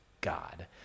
God